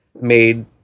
made